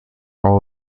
all